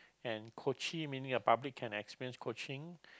and coaching meaning the public can experience coaching